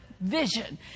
vision